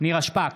נירה שפק,